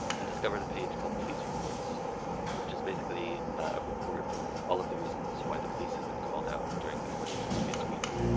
and discovered a page called police reports which is basically a report of all of the reasons why the police had been called out during the course of the previous week.